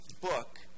book